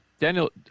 daniel